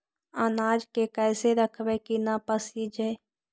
अनाज के कैसे रखबै कि न पसिजै?